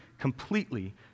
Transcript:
completely